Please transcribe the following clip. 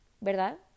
¿verdad